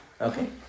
Okay